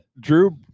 Drew